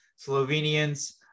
Slovenians